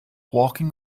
walking